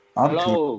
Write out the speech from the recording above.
Hello